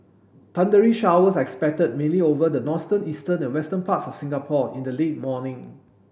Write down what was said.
thundery showers are expected mainly over the northern eastern and western parts of Singapore in the late morning